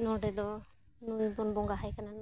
ᱱᱚᱸᱰᱮ ᱫᱚ ᱱᱩᱭᱵᱚᱱ ᱵᱚᱸᱜᱟᱣᱟᱭ ᱠᱟᱱᱟ